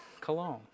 Cologne